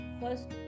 First